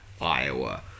Iowa